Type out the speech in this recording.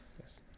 Yes